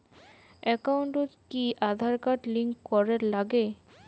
একাউন্টত কি Aadhaar card link করের নাগে?